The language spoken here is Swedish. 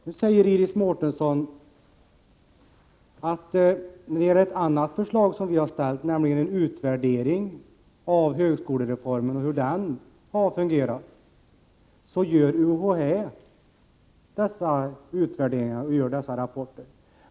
Nu säger Iris Mårtensson när det gäller ett förslag som vi har ställt om en utvärdering av hur högskolereformerna har fungerat, att UHÄ gör dessa utvärderingar.